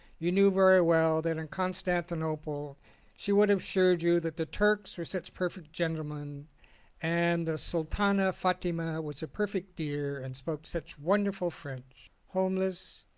you knew very well that in constantinople she would have assured you that the turks were such perfect gentlemen and the sultana fatima was a perfect dear and spoke such wonderful french. home less,